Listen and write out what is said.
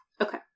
Okay